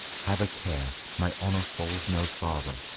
have a care my honour falls no farther,